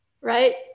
Right